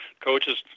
coaches